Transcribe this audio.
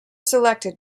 selected